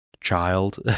child